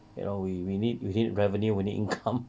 you know we we need we need revenue we need income